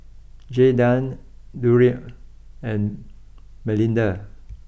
Jaydan Durrell and Melinda